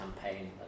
Campaign